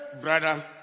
brother